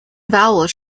vowels